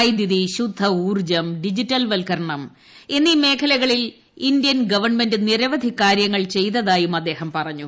വൈദ്യുതി ശുദ്ധഊർജ്ജം ഡിജിറ്റൽവത്ക്കരണം എന്നീ മേഖലകളിൽ ഇന്ത്യൻ ഗവൺമെന്റ് നിരവധി കാര്യങ്ങൾ ചെയ്തതായും അദ്ദേഹം പറഞ്ഞു